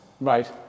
right